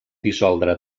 dissoldre